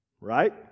Right